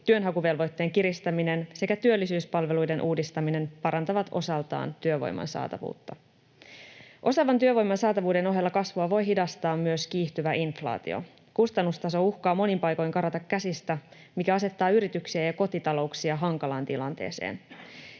työnhakuvelvoitteen kiristäminen sekä työllisyyspalveluiden uudistaminen parantavat osaltaan työvoiman saatavuutta. Osaavan työvoiman saatavuuden ohella kasvua voi hidastaa myös kiihtyvä inflaatio. Kustannustaso uhkaa monin paikoin karata käsistä, mikä asettaa yrityksiä ja kotitalouksia hankalaan tilanteeseen.